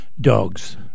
Dogs